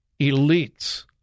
elites